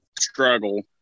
struggle